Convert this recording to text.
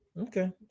Okay